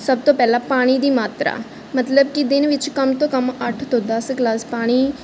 ਸਭ ਤੋਂ ਪਹਿਲਾਂ ਪਾਣੀ ਦੀ ਮਾਤਰਾ ਮਤਲਬ ਕਿ ਦਿਨ ਵਿੱਚ ਕਮ ਤੋਂ ਕਮ ਅੱਠ ਤੋਂ ਦਸ ਗਲਾਸ ਪਾਣੀ